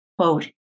Quote